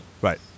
right